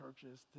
churches